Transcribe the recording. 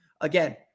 again